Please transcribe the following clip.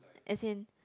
as in